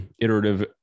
iterative